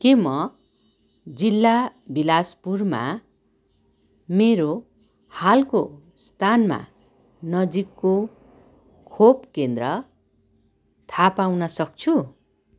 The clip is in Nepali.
के म जिल्ला बिलासपुरमा मेरो हालको स्थानमा नजिकको खोप केन्द्र थाहा पाउन सक्छु